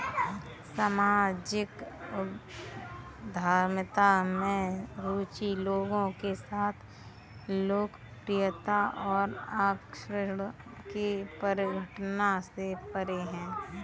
सामाजिक उद्यमिता में रुचि लोगों के साथ लोकप्रियता और आकर्षण की परिघटना से परे है